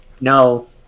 no